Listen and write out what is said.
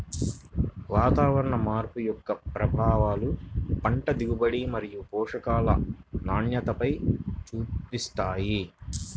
వాతావరణ మార్పు యొక్క ప్రభావాలు పంట దిగుబడి మరియు పోషకాల నాణ్యతపైన చూపిస్తాయి